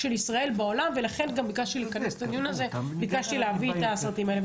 דיבתנו ולכן ביקשתי לכנס את הדיון הזה ולהביא את הסרטונים האלה.